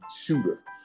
shooter